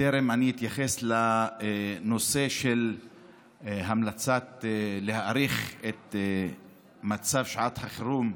בטרם אני אתייחס לנושא של ההמלצה להאריך את מצב שעת החירום,